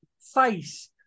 face